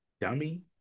dummy